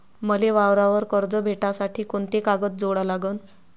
मले वावरावर कर्ज भेटासाठी कोंते कागद जोडा लागन?